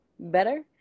better